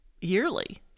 yearly